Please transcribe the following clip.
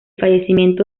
fallecimiento